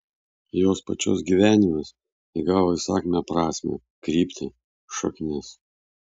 jos pačios gyvenimas įgavo įsakmią prasmę kryptį šaknis